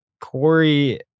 Corey